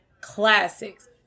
classics